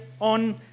on